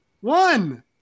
One